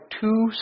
two